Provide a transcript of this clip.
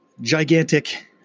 gigantic